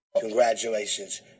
Congratulations